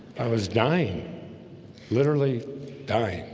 i was dying literally dying,